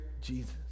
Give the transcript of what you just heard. Jesus